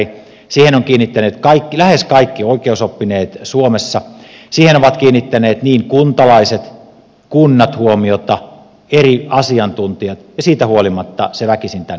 siihen ovat kiinnittäneet huomiota lähes kaikki oikeusoppineet suomessa siihen ovat kiinnittäneet huomiota niin kuntalaiset kunnat eri asiantuntijat ja siitä huolimatta se väkisin tänne tuotiin